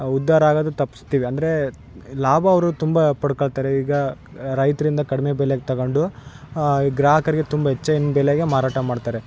ಉದ್ಧಾರ ಆಗೋದು ತಪ್ಸ್ತೀವಿ ಅಂದರೆ ಲಾಭ ಅವರು ತುಂಬ ಪಡ್ಕೋಳ್ತಾರೆ ಈಗ ರೈತರಿಂದ ಕಡ್ಮೆ ಬೆಲೇಗೆ ತಗಂಡು ಗ್ರಾಹಕರಿಗೆ ತುಂಬ ಹೆಚ್ಚಿನ ಬೆಲೆಗೆ ಮಾರಾಟ ಮಾಡ್ತಾರೆ